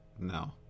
No